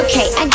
Okay